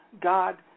God